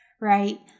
right